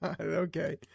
Okay